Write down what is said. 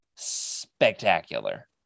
spectacular